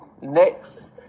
Next